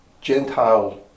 Gentile